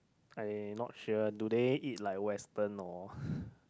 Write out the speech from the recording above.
I not sure do they eat like Western or